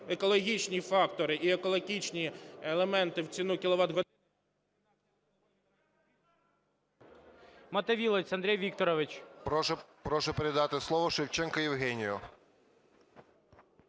екологічні фактори і екологічні елементи, в ціну кіловат-години…